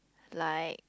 like